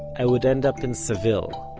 i would end up in seville,